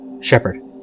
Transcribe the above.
Shepard